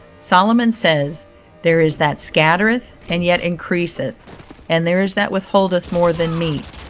solomon says there is that scattereth and yet increaseth and there is that withholdeth more than meet,